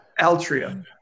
Altria